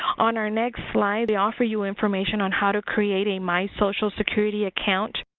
on our next slide we offer you information on how to create a my social security account.